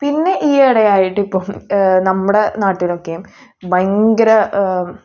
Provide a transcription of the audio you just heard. പിന്നെ ഈയിടെയായിട്ട് ഇപ്പോൾ നമ്മുടെ നാട്ടിലൊക്കെയും ഭയങ്കര